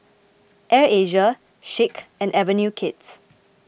Air Asia Schick and Avenue Kids